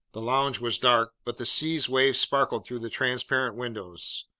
the lounge was dark, but the sea's waves sparkled through the transparent windows.